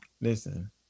Listen